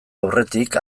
aurretik